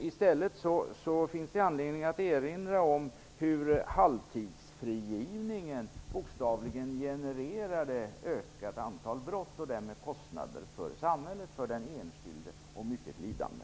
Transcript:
I stället finns det anledning att erinra om hur halvtidsfrigivningen bokstavligen genererade ökat antal brott och därmed kostnader för samhället och för den enskilde samt mycket lidande.